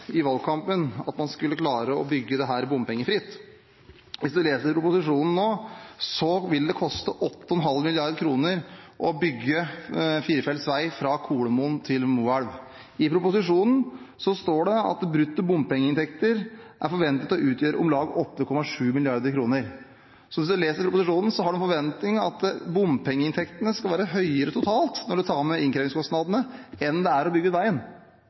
i valgkampen at man skulle klare å bygge dette bompengefritt. Hvis en leser proposisjonen nå, vil det koste 8,5 mrd. kr å bygge firefelts vei fra Kolomoen til Moelv. I proposisjonen står det at «brutto bompengeinntekter er følgelig forventet å utgjøre om lag 8,7 mrd. kr». Så hvis en leser proposisjonen, har en en forventning om at bompengeinntektene skal være høyere totalt når en tar med innkrevingskostnadene, enn det er å bygge veien.